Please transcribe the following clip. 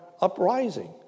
uprising